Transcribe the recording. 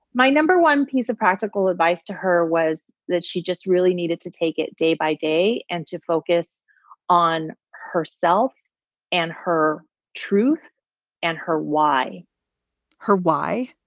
my number one piece of practical advice to her was that she just really needed to take it day by day and to focus on herself and her truth and her. why her? why,